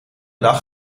dag